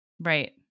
Right